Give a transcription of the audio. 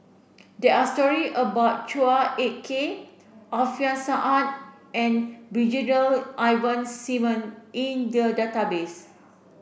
there are story about Chua Ek Kay Alfian Sa'at and Brigadier Ivan Simson in the database